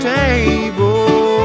table